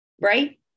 right